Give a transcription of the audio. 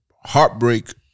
Heartbreak